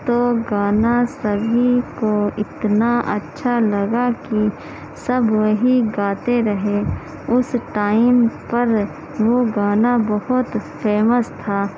تو گانا سبھی کو اتنا اچھا لگا کہ سب وہی گاتے رہے اس ٹائم پر وہ گانا بہت فیمس تھا